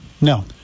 no